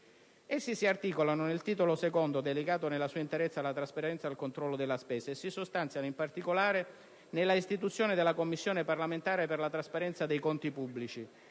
si articolano nel Titolo II, dedicato nella sua interezza alla trasparenza e al controllo della spesa e si sostanziano in particolare nell'istituzione della Commissione parlamentare per la trasparenza dei conti pubblici,